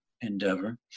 endeavor